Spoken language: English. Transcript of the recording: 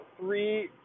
three